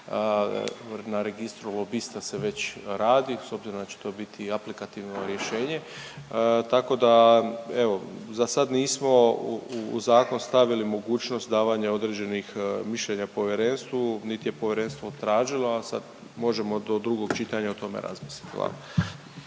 na registru lobista se već radi s obzirom da će to biti i aplikativno rješenje. Tako da evo, za sad nismo u zakon stavili mogućnost davanja određenih mišljena povjerenstvu niti je povjerenstvo tražilo, a sad možemo do drugog čitanja o tome razmisliti.